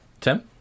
Tim